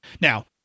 Now